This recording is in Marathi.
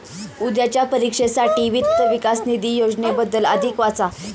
उद्याच्या परीक्षेसाठी वित्त विकास निधी योजनेबद्दल अधिक वाचा